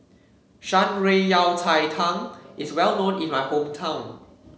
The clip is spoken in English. Shan Rui Yao Cai Tang is well known in my hometown